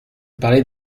parlais